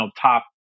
top